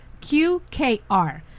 QKR